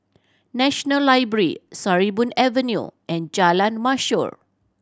National Library Sarimbun Avenue and Jalan Mashor